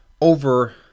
over